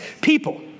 people